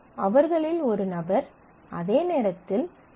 அவர்களில் ஒரு நபர் அதே நேரத்தில் U